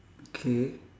K